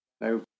no